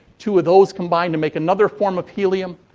two of those combine to make another form of helium.